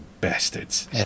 bastards